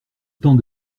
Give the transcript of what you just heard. temps